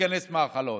ניכנס מהחלון.